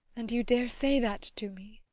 and you dare say that to me!